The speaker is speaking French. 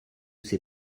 ses